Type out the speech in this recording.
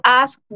ask